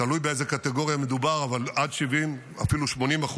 תלוי באיזו קטגוריה מדובר, אבל עד 70%, אפילו 80%,